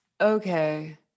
okay